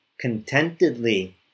contentedly